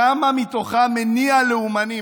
כמה מתוכם ממניע לאומני?